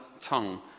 tongue